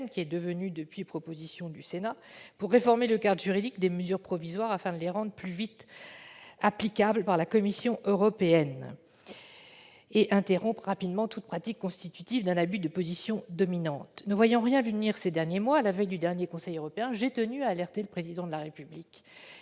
qui est devenue depuis proposition du Sénat, pour réformer le cadre juridique des mesures provisoires afin de les rendre plus vite applicables par la Commission européenne et interrompre rapidement toute pratique constitutive d'un abus de position dominante. Ne voyant rien venir ces derniers mois, à la veille du dernier Conseil européen, j'ai tenu à alerter le Président de la République